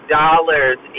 dollars